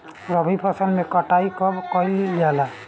रबी फसल मे कटाई कब कइल जाला?